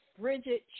Bridget